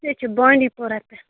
أسۍ حظ چھِ بانٛڈی پوٗرا پٮ۪ٹھ